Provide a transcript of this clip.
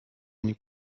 une